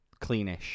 cleanish